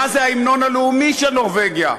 מה זה ההמנון הלאומי של נורבגיה?